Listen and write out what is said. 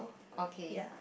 okay